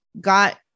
got